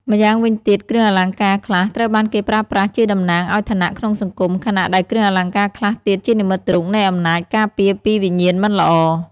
ម៉្យាងវិញទៀត គ្រឿងអលង្ការខ្លះត្រូវបានគេប្រើប្រាស់ជាតំណាងឱ្យឋានៈក្នុងសង្គម ខណៈដែលគ្រឿងអលង្ការខ្លះទៀតជានិមិត្តរូបនៃអំណាចការពារពីវិញ្ញាណមិនល្អ។